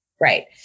Right